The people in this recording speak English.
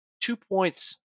two-points